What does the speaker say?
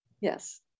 Yes